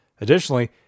Additionally